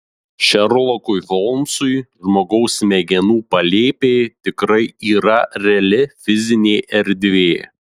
šerlokui holmsui žmogaus smegenų palėpė tikrai yra reali fizinė erdvė